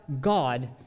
God